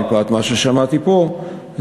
מפאת מה ששמעתי פה,